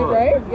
right